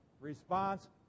Response